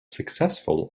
successful